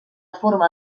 forma